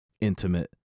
intimate